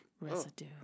Residue